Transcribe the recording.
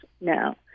now